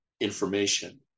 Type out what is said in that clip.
information